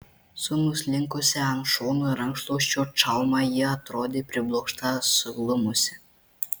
su nuslinkusia ant šono rankšluosčio čalma ji atrodė priblokšta suglumusi